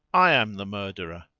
i am the murderer,